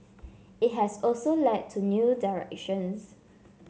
it has also led to new directions